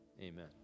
amen